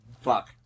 Fuck